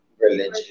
Religion